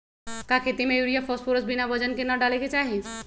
का खेती में यूरिया फास्फोरस बिना वजन के न डाले के चाहि?